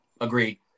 Agreed